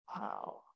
Wow